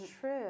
true